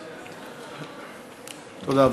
תודה.